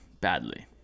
badly